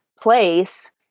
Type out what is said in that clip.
place